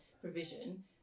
provision